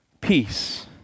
peace